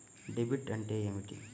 Debit అంటే ఏమిటి?